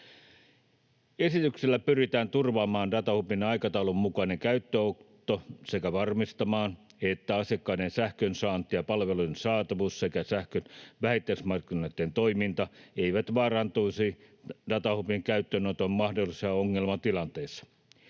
Esityksellä pyritään turvaamaan datahubin aikataulun mukainen käyttöönotto sekä varmistamaan, että asiakkaiden sähkönsaanti ja palvelujen saatavuus sekä sähkön vähittäismarkkinoitten toiminta eivät vaarantuisi datahubin käyttöönoton mahdollisissa ongelmatilanteissa.